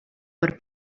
per